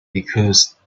because